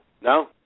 No